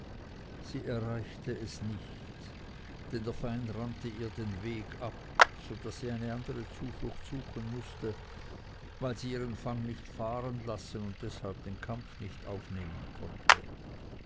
sie erreichte es nicht denn der feind rannte ihr den weg ab so daß sie eine andere zuflucht suchen mußte weil sie ihren fang nicht fahrenlassen und deshalb den kampf nicht aufnehmen konnte